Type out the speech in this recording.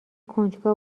کنجکاو